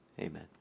Amen